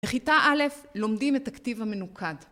בכיתה א', לומדים את הכתיב המנוקד